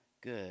good